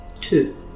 Two